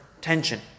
tension